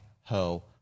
Ho